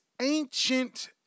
ancient